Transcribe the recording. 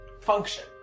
function